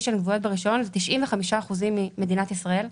שקבועה ברישיון זה 95% ממדינת ישראל,